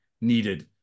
needed